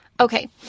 Okay